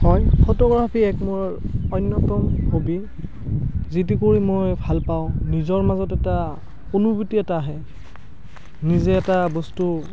হয় ফটোগ্ৰাফী এক মোৰ অন্যতম হবী যিটো কৰি মই ভালপাওঁ নিজৰ মাজত এটা অনুভূতি এটা আহে নিজে এটা বস্তু